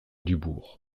dubourg